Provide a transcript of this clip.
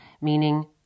meaning